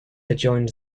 adjoins